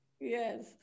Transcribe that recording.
Yes